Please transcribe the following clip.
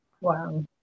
Wow